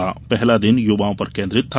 आज पहला दिन युवाओं पर केन्द्रित था